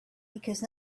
because